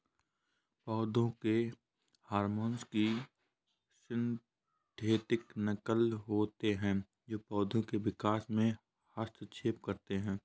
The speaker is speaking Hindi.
पौधों के हार्मोन की सिंथेटिक नक़ल होते है जो पोधो के विकास में हस्तक्षेप करते है